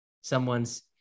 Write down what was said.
someone's